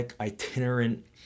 itinerant